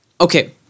Okay